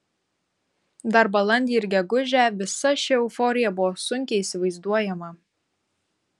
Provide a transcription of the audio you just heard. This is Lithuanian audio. dar balandį ir gegužę visa ši euforija buvo sunkiai įsivaizduojama